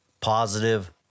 positive